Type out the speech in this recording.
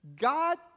God